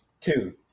two